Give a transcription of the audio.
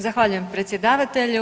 Zahvaljujem predsjedavatelju.